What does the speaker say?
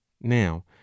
now